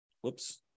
whoops